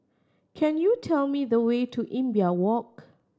could you tell me the way to Imbiah Walk